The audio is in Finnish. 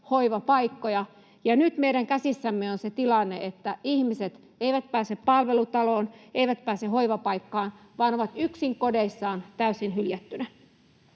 ja nyt meidän käsissämme on se tilanne, että ihmiset eivät pääse palvelutaloon eivätkä pääse hoivapaikkaan vaan ovat yksin kodeissaan, täysin hyljättynä.